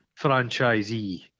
franchisee